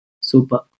Super